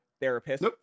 therapist